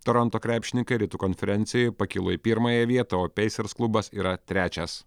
toronto krepšininkai rytų konferencijoj pakilo į pirmąją vietą o peisers klubas yra trečias